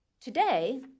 Today